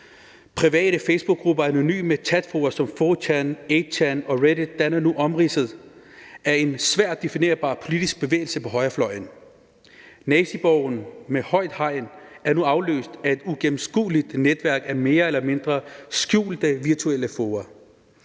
Private facebookgrupper og anonyme chatfora som 4Chan, 8Chan og Reddit danner nu omridset af en svært definerbar politisk bevægelse på højrefløjen. Naziborgen med højt hegn er nu afløst af et uigennemskueligt netværk af mere eller mindre skjulte virtuelle fora.